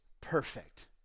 perfect